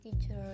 teacher